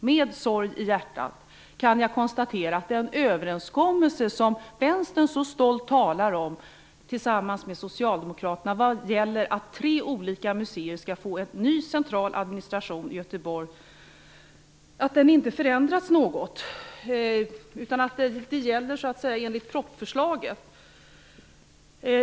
Med sorg i hjärtat kan jag dock konstatera att den överenskommelse med Socialdemokraterna som Vänstern så stolt talar om, avseende att tre olika museer skall få en ny central administration i Göteborg, inte har förändrats. Det är propositionsförslaget som gäller.